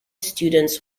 students